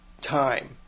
time